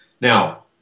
Now